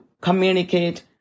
Communicate